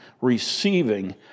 receiving